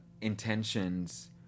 intentions